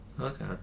Okay